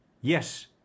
Yes